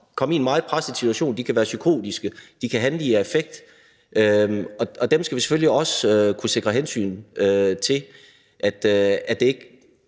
komme i en meget presset situation – de kan være psykotiske, de kan handle i affekt – og dem skal vi selvfølgelig også kunne sikre at der tages hensyn til, så de ikke